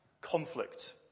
conflict